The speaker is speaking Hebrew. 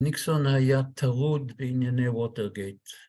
‫ניקסון היה טרוד בענייני ווטרגייט.